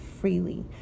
freely